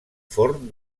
forn